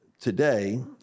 today